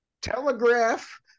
telegraph